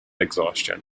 exhaustion